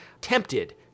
tempted